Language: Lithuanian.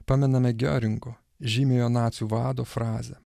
pamename gioringo žymiojo nacių vado frazę